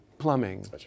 plumbing